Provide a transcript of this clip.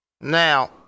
Now